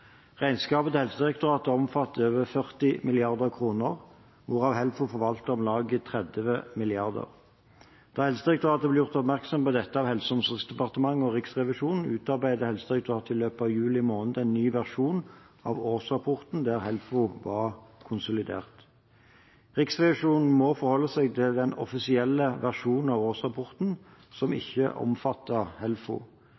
Regnskapet til Helsedirektoratet omfatter over 40 mrd. kr, hvorav Helfo forvalter om lag 30 mrd. kr. Da Helsedirektoratet ble gjort oppmerksom på dette av Helse- og omsorgsdepartementet og Riksrevisjonen, utarbeidet Helsedirektoratet i løpet av juli måned en ny versjon av årsrapporten, der Helfo var konsolidert. Riksrevisjonen må forholde seg til den offisielle versjonen av årsrapporten, som